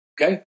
okay